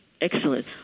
Excellent